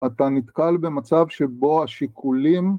אתה נתקל במצב שבו השיקולים..